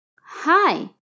Hi